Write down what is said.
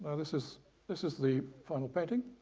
and this is this is the final painting,